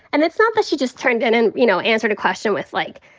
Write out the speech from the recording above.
and it's not that she just turned it in, you know, answered a question with like,